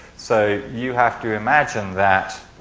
so, you have to imagine that